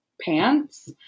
pants